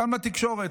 גם לתקשורת,